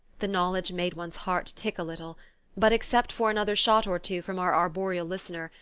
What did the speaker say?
the knowledge made one's heart tick a little but, except for another shot or two from our arboreal listener,